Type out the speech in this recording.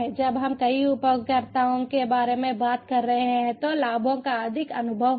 जब हम कई उपयोगकर्ताओं के बारे में बात कर रहे हैं तो लाभों का अधिक अनुभव होगा